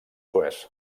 suez